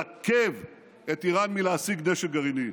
לעכב את איראן מלהשיג נשק גרעיני.